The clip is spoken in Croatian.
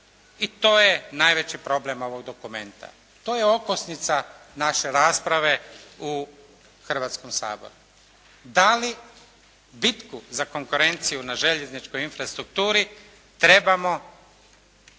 I to je najveći problem ovog dokumenta. To je okosnica naše rasprave u Hrvatskom saboru. Da li bitku za konkurenciju na željezničkoj infrastrukturi trebamo procijeniti